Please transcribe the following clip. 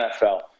NFL